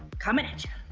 coming atcha!